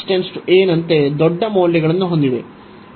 x → a ನಂತೆ ದೊಡ್ಡ ಮೌಲ್ಯಗಳನ್ನು ಹೊಂದಿದೆ